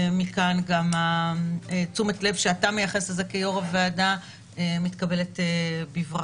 ומכאן גם תשומת הלב שאתה מייחס לזה כיושב-ראש הוועדה מתקבלת בברכה.